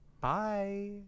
Bye